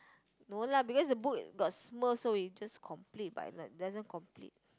no lah because the book got Smurf so we just complete but like it doesn't complete